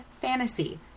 fantasy